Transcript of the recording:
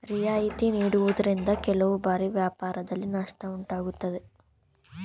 ರಿಯಾಯಿತಿ ನೀಡುವುದರಿಂದ ಕೆಲವು ಬಾರಿ ವ್ಯಾಪಾರದಲ್ಲಿ ನಷ್ಟ ಉಂಟಾಗುತ್ತದೆ